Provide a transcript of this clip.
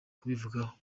kubivugaho